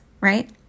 Right